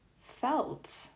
felt